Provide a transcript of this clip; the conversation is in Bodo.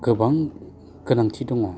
गोबां गोनांथि दङ